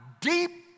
deep